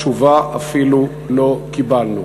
ותשובה אפילו לא קיבלנו.